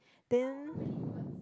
then